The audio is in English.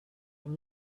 can